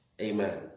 Amen